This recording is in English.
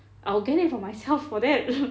I'll get it for myself for that